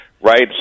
Right